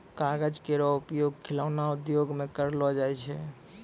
कागज केरो उपयोग खिलौना उद्योग म करलो जाय छै